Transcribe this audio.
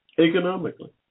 Economically